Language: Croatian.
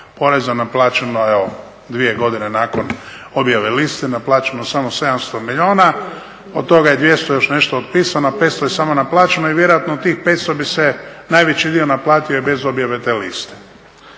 poreza. Naplaćeno je dvije godine nakon objave liste, naplaćeno samo 700 milijuna, od toga je 200 i još nešto otpisano, a 500 je samo naplaćeno i vjerojatno od tih 500 bi se naplatio i bez objave te liste.